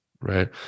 right